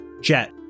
Jet